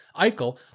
Eichel